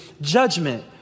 judgment